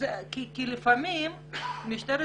לפעמים משטרת